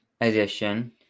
edition